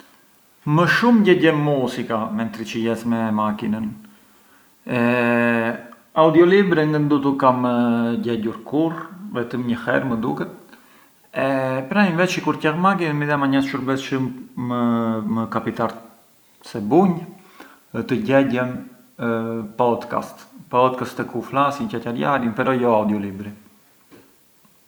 Kur pincar u viola më vjen ment kancunja Purple Rain, oppuru më vjen ment edhe se thuhet se bie lik se per esempiu te tiatri te… kur ka bush un esibizioni oce se bie lik u viola, thonë, ma u ngë i kam bes, mënd jet ëj mënd jet jo.